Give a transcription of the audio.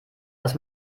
was